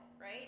right